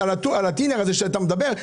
על טינר הזה שאתה מדבר,